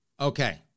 Okay